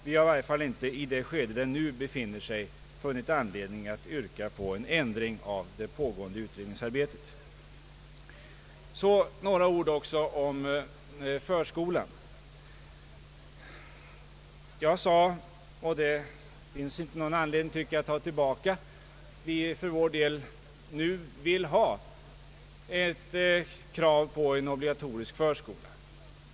Vi har i varje fall inte, i det skede där frågan nu befinner sig, funnit anledning att yrka på en ändring av det pågående utredningsarbetet. Jag vill också säga några ord om förskolan. Jag sade — och det finns inte någon anledning att ta tillbaka det — att vi för vår del nu vill slå fast ett krav på en obligatorisk förskola.